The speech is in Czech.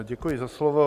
Děkuji za slovo.